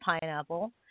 pineapple